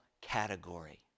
category